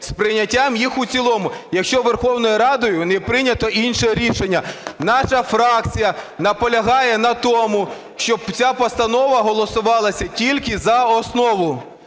з прийняттям їх у цілому, якщо Верховною Радою не прийнято іншого рішення". Наша фракція наполягає на тому, щоб ця Постанова голосувалася тільки за основу.